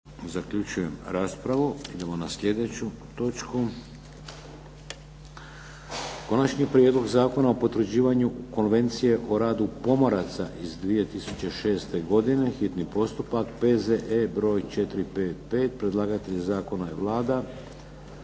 Vladimir (HDZ)** Idemo na sljedeću točku - Konačni prijedlog Zakona o potvrđivanju Konvencije o radu pomoraca iz 2006. godine, hitni postupak, prvo i drugo čitanje, P.Z.E. broj 455 Predlagatelj zakona je Vlada.